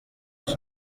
tuzi